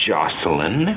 Jocelyn